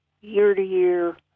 year-to-year